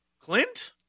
Clint